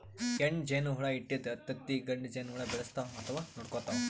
ಹೆಣ್ಣ್ ಜೇನಹುಳ ಇಟ್ಟಿದ್ದ್ ತತ್ತಿ ಗಂಡ ಜೇನಹುಳ ಬೆಳೆಸ್ತಾವ್ ಅಥವಾ ನೋಡ್ಕೊತಾವ್